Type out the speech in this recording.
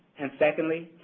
and, secondly,